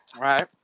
Right